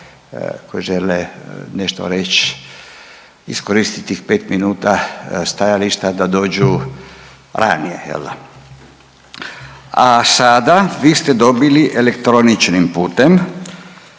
koji žele nešto reći, iskoristiti tih 5 minuta stajališta da dođu ranije, je l' da? A sada, vi ste dobili elektroničnim putem